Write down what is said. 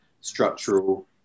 structural